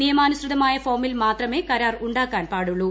നിയമാനുസൃതമായ് ഫോമിൽ മ്യൂത്മേ കരാർ ഉണ്ടാക്കാൻ പാടുള്ളു